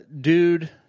dude